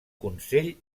consell